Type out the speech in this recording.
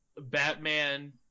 Batman